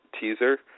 teaser